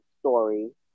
story